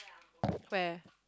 where